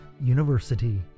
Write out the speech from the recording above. University